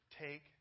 Take